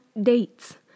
dates